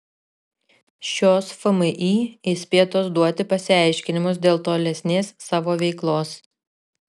šios fmį įspėtos duoti pasiaiškinimus dėl tolesnės savo veiklos